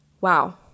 wow